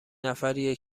نفریه